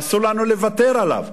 אסור לנו לוותר עליו.